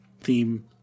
theme